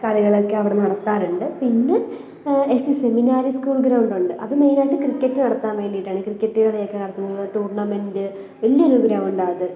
കാര്യങ്ങളൊക്കെ അവിടെ നടത്താറുണ്ട് പിന്നെ എസ് സി സെമിനാരി സ്കൂൾ ഗ്രൗണ്ടുണ്ട് അതു മെയിനായിട്ട് ക്രിക്കറ്റ് നടത്താൻ വേണ്ടിയിട്ടാണ് ക്രിക്കറ്റ് കളിയൊക്കെ നടത്തുന്നത് ടൂർണമെൻ്റ് വലിയൊരു ഗ്രൗണ്ടാണ് അത്